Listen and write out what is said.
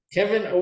Kevin